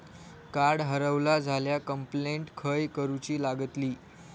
Card हरवला झाल्या complaint खय करूची लागतली?